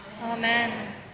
Amen